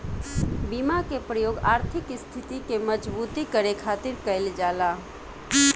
बीमा के प्रयोग आर्थिक स्थिति के मजबूती करे खातिर कईल जाला